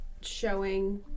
showing